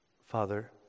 Father